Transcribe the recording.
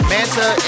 Manta